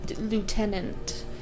lieutenant